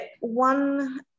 one